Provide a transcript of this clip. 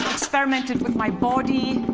experimented with my body.